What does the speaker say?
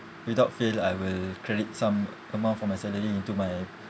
without fail I will credit some amount from my salary into my